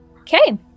Okay